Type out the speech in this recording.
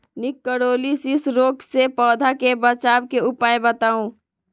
निककरोलीसिस रोग से पौधा के बचाव के उपाय बताऊ?